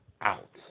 out